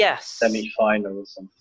semi-finals